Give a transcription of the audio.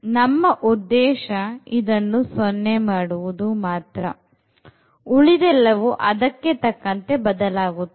ನಮ್ಮ ಉದ್ದೇಶ ಇದನ್ನು 0 ಮಾಡುವುದು ಮಾತ್ರ ಉಳಿದೆಲ್ಲವೂ ಅದಕ್ಕೆ ತಕ್ಕಂತೆ ಬದಲಾಗುತ್ತದೆ